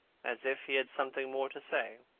as if he had something more to say.